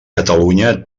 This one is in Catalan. catalunya